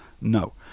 No